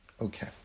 Okay